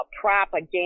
propaganda